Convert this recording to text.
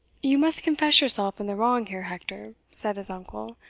you must confess yourself in the wrong here, hector, said his uncle,